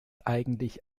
eigentlich